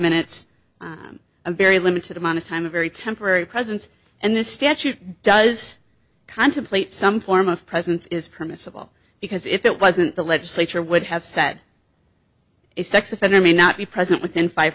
minutes a very limited amount of time a very temporary presence and this statute does contemplate some form of presence is permissible because if it wasn't the legislature would have said a sex offender may not be present within five